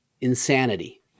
insanity